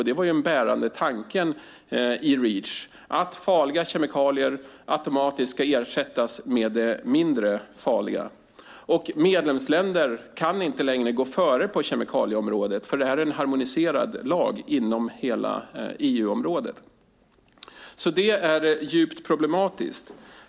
Den bärande tanken i Reach var ju att farliga kemikalier automatiskt ska ersättas med mindre farliga. Medlemsländer kan inte längre gå före på kemikalieområdet, för det här är en harmoniserad lag inom hela EU-området. Det är djupt problematiskt.